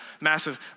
massive